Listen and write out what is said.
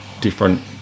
different